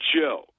Joe